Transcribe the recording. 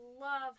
love